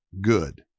good